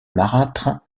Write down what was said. marâtre